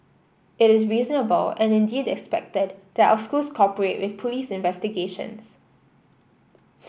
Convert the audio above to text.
it is reasonable and indeed expected that our schools cooperate with police investigations